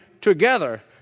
together